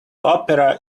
opera